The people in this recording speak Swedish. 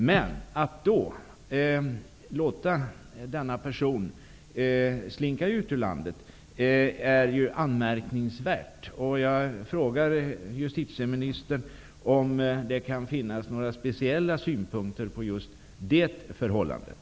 Men att man då låter denna person så lätt slinka ut ur Thailand är anmärkningsvärt. Jag vill fråga justitieministern om det kan finnas några speciella synpunkter på just det förhållandet.